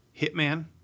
Hitman